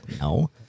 No